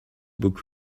book